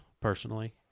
personally